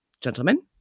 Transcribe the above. Gentlemen